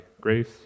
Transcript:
grace